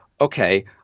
okay